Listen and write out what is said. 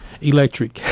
Electric